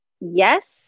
yes